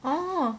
oh